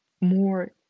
more